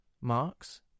marks